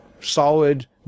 solid